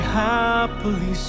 happily